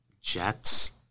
Jets